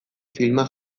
filmak